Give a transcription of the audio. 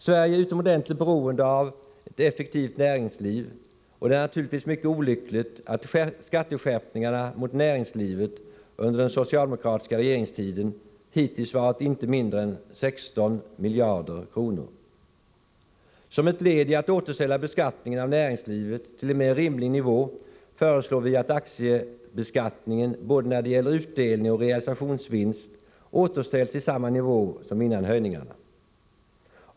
Sverige är utomordentligt beroende av ett effektivt näringsliv, och det är naturligtvis mycket olyckligt att skatteskärpningarna mot näringslivet under den socialdemokratiska regeringstiden hittills varit inte mindre än 16 miljarder kronor. Som ett led i att återställa beskattningen av näringslivet till en mer rimlig nivå föreslår vi att aktiebeskattningen både när det gäller utdelning och när det gäller realisationsvinst återställs till samma nivå som före höjningarna.